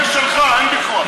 זה שלך, אין ויכוח.